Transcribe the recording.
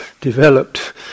developed